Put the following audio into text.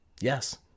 yes